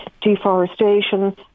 deforestation